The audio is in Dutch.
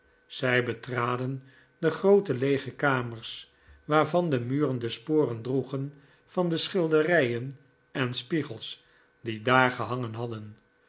zij betraden de groote leege kamers waarvan de muren de sporen droegen van de schilderijen en spiegels die daar gehangen hadden